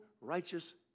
righteous